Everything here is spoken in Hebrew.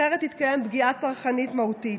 אחרת תתקיים פגיעה צרכנית מהותית.